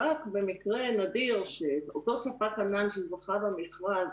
רק במקרה נדיר שאותו ספק ענן שזכה במכרז